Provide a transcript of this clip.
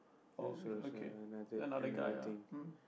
oh okay another guy ah